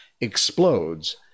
explodes